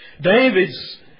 David's